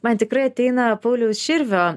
man tikrai ateina pauliaus širvio